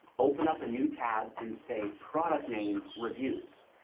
open up a new tab and say product name reviews,